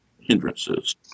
hindrances